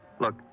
Look